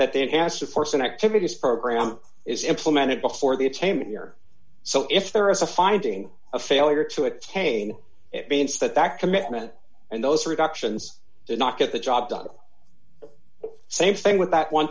that then has to force and activities program is implemented before the attainment year so if there is a finding a failure to attain it means that that commitment and those reductions did not get the job done same thing with that one